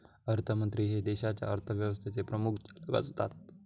अर्थमंत्री हे देशाच्या अर्थव्यवस्थेचे प्रमुख चालक असतत